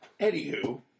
Anywho